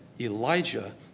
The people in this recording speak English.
Elijah